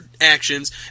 actions